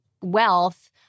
wealth